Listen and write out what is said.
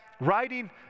writing